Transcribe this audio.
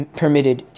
permitted